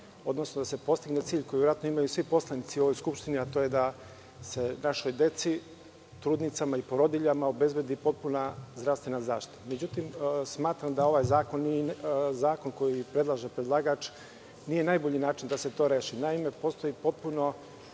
odnosno da se postigne cilj koji verovatno imaju svi poslanici u ovoj Skupštini, a to je da se našoj deci, trudnicama i porodiljama obezbedi potpuna zdravstvena zaštita. Međutim, smatram da ovaj zakon, zakon koji predlaže predlagač, je najbolji način da se to reši. Naime, postoje sve